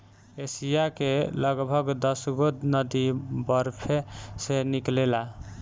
Asia के लगभग दसगो नदी बरफे से निकलेला